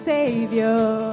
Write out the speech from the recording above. Savior